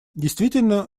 действительно